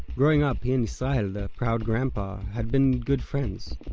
growing up, he and yisrael the proud grandpa had been good friends.